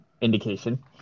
indication